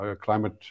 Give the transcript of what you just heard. climate